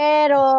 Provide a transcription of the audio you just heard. Pero